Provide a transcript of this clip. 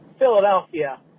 Philadelphia